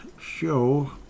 show